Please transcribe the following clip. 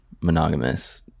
monogamous